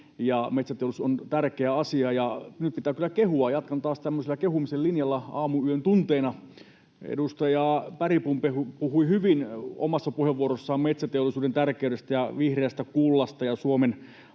metsäteollisuus on tärkeä asia. Nyt pitää kyllä kehua — jatkan taas tämmöisellä kehumisen linjalla aamuyön tunteina: Edustaja Bergbom puhui hyvin omassa puheenvuorossaan metsäteollisuuden tärkeydestä ja vihreästä kullasta ja Suomen